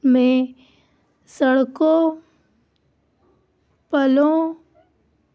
میں سڑکوں پلوں